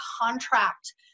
contract